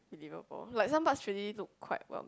believable like some Dutch Lady looks quite vomit